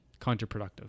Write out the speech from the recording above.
counterproductive